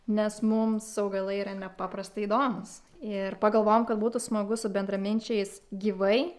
nes mums augalai yra nepaprastai įdomūs ir pagalvojome kad būtų smagu su bendraminčiais gyvai